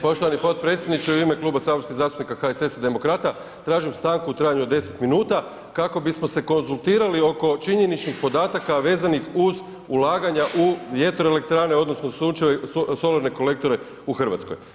Poštovani potpredsjedniče u ime Kluba saborskih zastupnika HSS demokrata tražim stanku u trajanju od 10 minuta kako bismo se konzultirali oko činjeničnih podataka vezanih uz ulaganja u vjetroelektrane odnosno solarne kolektore u Hrvatskoj.